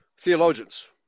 theologians